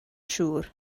siŵr